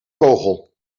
kogel